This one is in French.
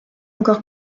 encore